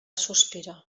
sospirar